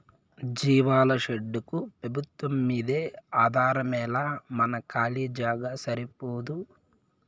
జీవాల షెడ్డుకు పెబుత్వంమ్మీదే ఆధారమేలా మన కాలీ జాగా సరిపోదూ